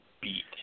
beat